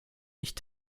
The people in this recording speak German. nicht